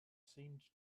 seemed